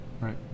Right